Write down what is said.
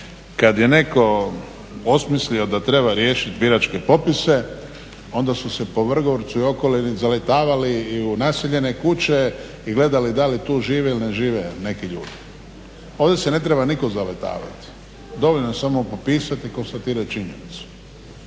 kad je netko osmislio da treba riješiti biračke popise onda su se po Vrgorcu i okolini zaletavali i u naseljene kuće i gledali da li tu žive ili ne žive neki ljudi. Ovdje se ne treba nitko zaletavati, dovoljno je samo popisati i konstatirati činjenicu